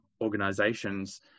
organizations